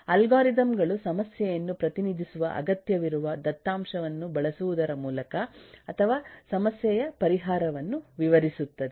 algorithm ಗಳು ಸಮಸ್ಯೆಯನ್ನು ಪ್ರತಿನಿಧಿಸುವ ಅಗತ್ಯವಿರುವ ದತ್ತಾಂಶವನ್ನು ಬಳಸುವುದರ ಮೂಲಕ ಅಥವಾ ಸಮಸ್ಯೆಯ ಪರಿಹಾರವನ್ನು ವಿವರಿಸುತ್ತದೆ